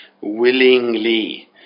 willingly